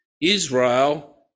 Israel